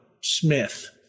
Smith